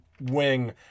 wing